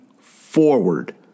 Forward